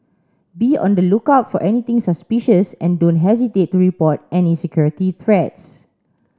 be on the lookout for anything suspicious and don't hesitate to report any security threats